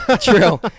true